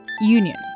union